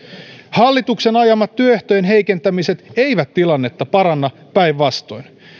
hallituksen ajamat työehtojen heikentämiset eivät tilannetta paranna päinvastoin